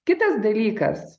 kitas dalykas